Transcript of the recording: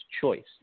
choice